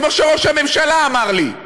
כמו שראש הממשלה אמר לי,